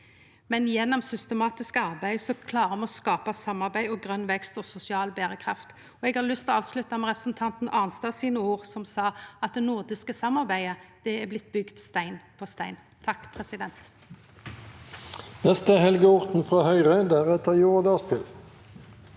men gjennom systematisk arbeid klarer me å skape samarbeid, grøn vekst og sosial berekraft. Eg har lyst til å avslutte med orda til representanten Arnstad, som sa at det nordiske samarbeidet er blitt bygt stein på stein. Helge Orten